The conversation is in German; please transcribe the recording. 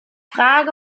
frage